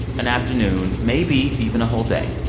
an afternoon, maybe even a whole day.